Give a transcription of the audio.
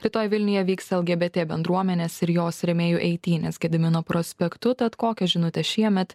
rytoj vilniuje vyks lgbt bendruomenės ir jos rėmėjų eitynės gedimino prospektu tad kokią žinutę šiemet